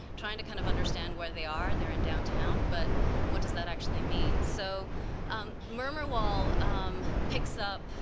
trying to kind of understand where they are. they're in downtown, but what does that actually mean? so murmur wall um picks up